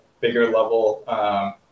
bigger-level